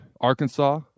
Arkansas